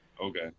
Okay